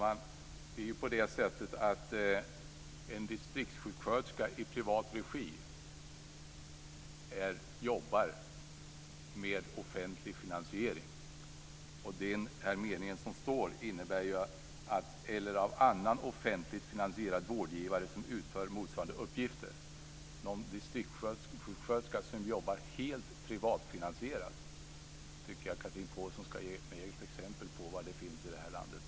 Herr talman! En distriktssjuksköterska i privat regi jobbar med offentlig finansiering. Det står i meningen :"- eller av annan offentligt finansierad vårdgivare som utför motsvarande uppgifter". Jag tycker att Chatrine Pålsson ska ge mig ett exempel på var någonstans i landet det finns en distriktssjuksköterska som jobbar helt privatfinansierat.